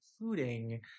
including